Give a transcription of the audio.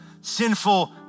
sinful